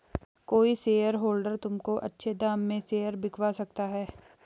कोई शेयरहोल्डर तुमको अच्छे दाम में शेयर बिकवा सकता है